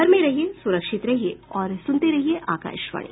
घर में रहिये सुरक्षित रहिये और सुनते रहिये आकाशवाणी